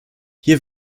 hier